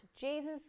Jesus